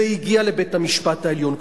זה הגיע לבית-המשפט העליון,